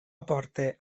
aporte